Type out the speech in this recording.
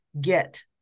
get